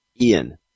Ian